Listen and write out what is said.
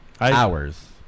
Hours